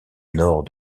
nord